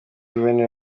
guverineri